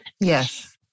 Yes